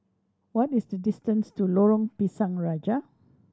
what is the distance to Lorong Pisang Raja